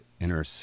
inner